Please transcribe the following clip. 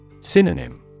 Synonym